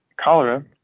Cholera